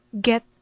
get